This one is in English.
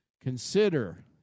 Consider